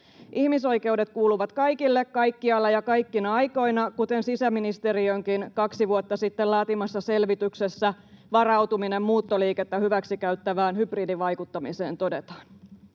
Ihmisoikeudet kuuluvat kaikille, kaikkialla ja kaikkina aikoina, kuten todetaan sisäministeriönkin kaksi vuotta sitten laatimassa selvityksessä ”Varautuminen muuttoliikettä hyväksikäyttävään hybridivaikuttamiseen”.